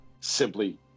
simply